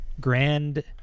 grand